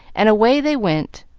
and away they went,